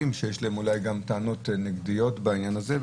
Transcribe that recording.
שיש להם אולי גם טענות נגדיות בעניין הזה.